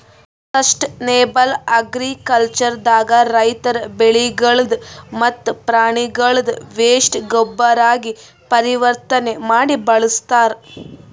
sustainable agriculture ದಾಗ ರೈತರ್ ಬೆಳಿಗಳ್ದ್ ಮತ್ತ್ ಪ್ರಾಣಿಗಳ್ದ್ ವೇಸ್ಟ್ ಗೊಬ್ಬರಾಗಿ ಪರಿವರ್ತನೆ ಮಾಡಿ ಬಳಸ್ತಾರ್